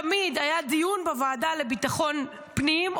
תמיד היה דיון בוועדה לביטחון הפנים,